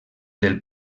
del